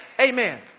Amen